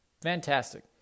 Fantastic